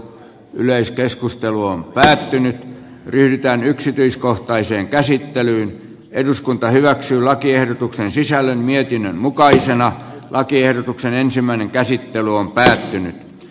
yleiskeskustelu on päättynyt yhtään yksityiskohtaiseen käsittelyyn eduskunta hyväksyi lakiehdotuksen sisällön mietinnön mukaisena lakiehdotuksen ensimmäinen käsittely on päättynyt